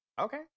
Okay